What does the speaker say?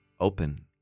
open